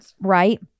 right